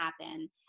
happen